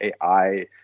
AI